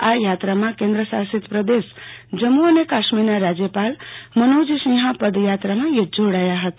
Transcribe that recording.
આ યાત્રામાં કેન્દ્રશાસિત પ્રદેશ જમ્મુ અને કાશ્મીરના રાજયમાં મનોજ સિંહા પદયાત્રામાં જોડાયા હતા